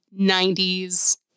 90s